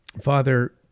Father